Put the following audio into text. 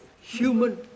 human